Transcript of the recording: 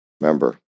remember